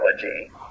technology